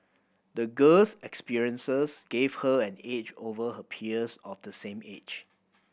the girl's experiences gave her an edge over her peers of the same age